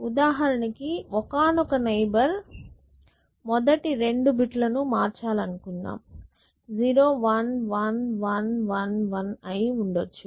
ఉదాహరణకి ఒకానొక నైబర్ మొదటి రెండు బిట్ లను మార్చాలనుకుందాం 0 1 1 1 1 1 అయిఉండవచ్చు